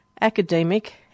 academic